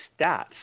stats